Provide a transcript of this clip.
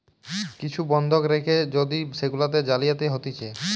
কিছু বন্ধক রেখে যদি সেগুলাতে জালিয়াতি হতিছে